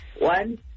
One